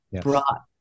brought